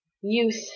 youth